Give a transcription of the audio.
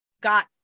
got